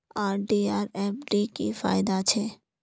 RD आर FD की फ़ायदा छे?